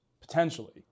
potentially